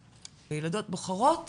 ובנות וילדות בוחרות